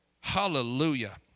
Hallelujah